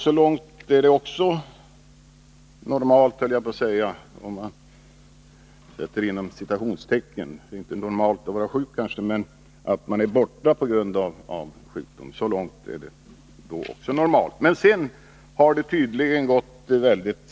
Så långt är det också ”normalt” — det är inte normalt att vara sjuk, men det är normalt att man är borta från arbetet på grund av sjukdom. Men sedan har det tydligen gått mycket snett.